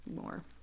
more